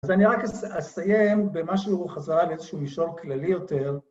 אז אני רק אסיים במה שהוא חזרה על איזשהו מישור כללי יותר.